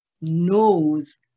knows